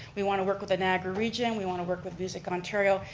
we want to work with the niagara region, we want to work with music ontario.